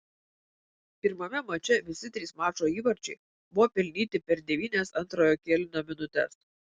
pirmame mače visi trys mačo įvarčiai buvo pelnyti per devynias antrojo kėlinio minutes